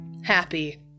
happy